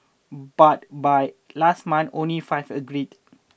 but by last month only five agreed